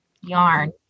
yarn